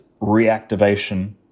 reactivation